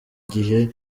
gihe